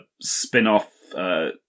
spin-off